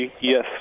Yes